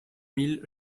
mille